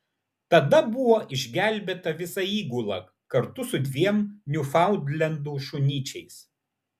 tada buvo išgelbėta visa įgula kartu su dviem niufaundlendų šunyčiais